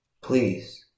Please